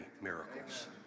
miracles